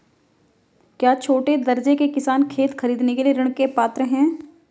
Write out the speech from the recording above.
क्या छोटे दर्जे के किसान खेत खरीदने के लिए ऋृण के पात्र हैं?